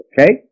okay